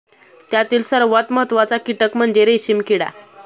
त्यातील सर्वात महत्त्वाचा कीटक म्हणजे रेशीम किडा